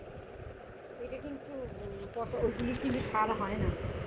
composting করা মানে যখন জৈব পদার্থকে পচিয়ে তাকে সার হিসেবে ব্যবহার করা হয়